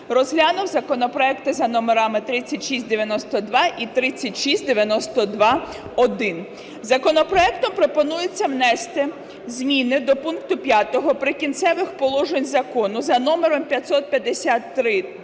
розглянув законопроекти за номерами 3692 і 3692-1. Законопроектом пропонується внести зміни до пункту 5 "Прикінцевих положень" Закону за номером 553-IX